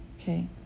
Okay